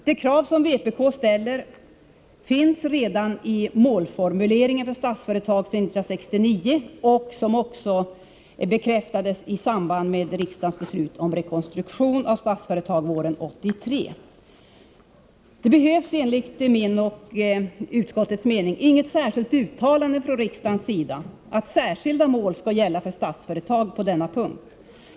Det krav som vpk ställer tillgodosågs redan i målformuleringen för Statsföretag från 1969, som också bekräftades i samband med riksdagens beslut om rekonstruktion av Statsföretag våren 1983. Det behövs enligt min och utskottets mening inget uttalande från riksdagens sida om att särskilda mål skall gälla för Statsföretag på denna punkt.